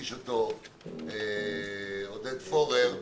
שהגיש עודד פורר